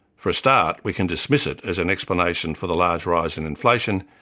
for a start, we can dismiss it as an explanation for the large rise in inflation,